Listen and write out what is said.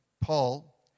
Paul